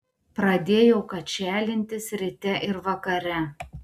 pradėjau kačialintis ryte ir vakare